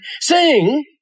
sing